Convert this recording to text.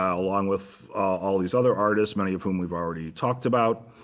ah along with all these other artists, many of whom we've already talked about.